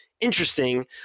interesting